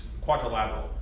quadrilateral